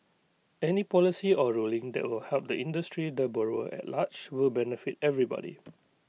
any policy or ruling that will help the industry the borrower at large will benefit everybody